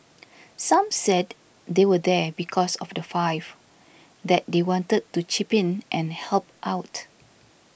some said they were there because of the five that they wanted to chip in and help out